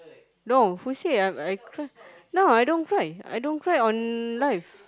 no who I'm I who I say I cry I don't cry on live